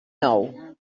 nou